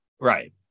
Right